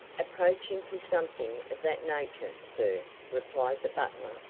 approaching to something of that nature, sir, replied the butler.